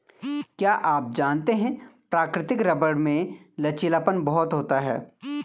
क्या आप जानते है प्राकृतिक रबर में लचीलापन बहुत होता है?